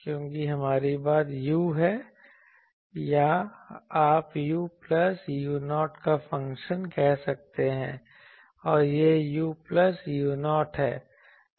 क्योंकि हमारी बात u है या आप u प्लस u0 का फ़ंक्शन कह सकते हैं और यह u प्लस u0 है